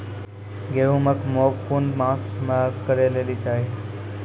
गेहूँमक बौग कून मांस मअ करै लेली चाही?